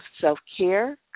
self-care